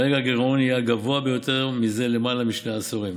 כרגע הגירעון יהיה הגבוה ביותר זה למעלה משני עשורים.